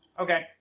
Okay